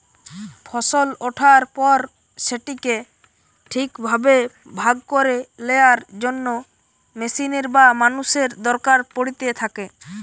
ফসল ওঠার পর সেটিকে ঠিক ভাবে ভাগ করে লেয়ার জন্য মেশিনের বা মানুষের দরকার পড়িতে থাকে